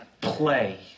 play